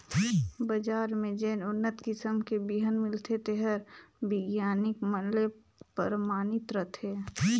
बजार में जेन उन्नत किसम के बिहन मिलथे तेहर बिग्यानिक मन ले परमानित रथे